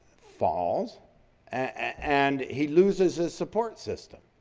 falls and he loses his support system.